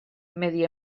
medi